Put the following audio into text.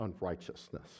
unrighteousness